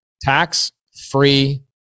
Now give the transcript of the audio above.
Tax-Free